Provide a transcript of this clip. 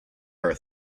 her